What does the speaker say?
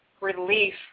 Relief